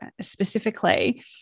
specifically